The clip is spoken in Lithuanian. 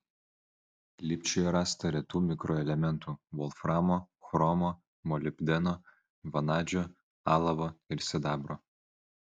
lipčiuje rasta retų mikroelementų volframo chromo molibdeno vanadžio alavo ir sidabro